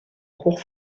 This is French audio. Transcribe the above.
cours